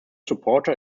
supporter